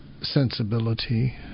sensibility